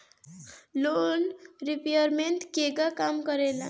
Loan repayment केगा काम करेला?